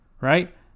right